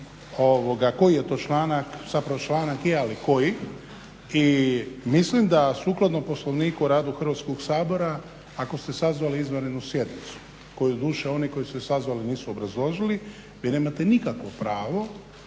koji je to članak, zapravo članak je ali koji i mislim da sukladno Poslovniku o radu Hrvatskog sabora ako ste sazvali izvanrednu sjednicu koju doduše oni koji su je sazvali nisu obrazložili, vi nemate nikakvo pravo